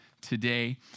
today